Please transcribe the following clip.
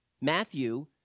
Matthew